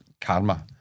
karma